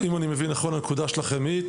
הנקודה שלכם היא,